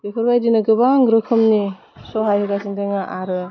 बेफोरबायदिनो गोबां रोखोमनि सहाय होगासिनो दोङो आरो